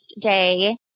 day